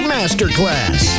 Masterclass